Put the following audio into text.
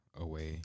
away